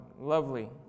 lovely